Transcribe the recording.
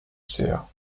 sehr